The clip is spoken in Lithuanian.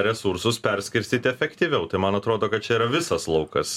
resursus perskirstyti efektyviau tai man atrodo kad čia yra visas laukas